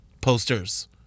posters